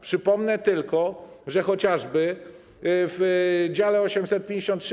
Przypomnę tylko chociażby o dziale 853: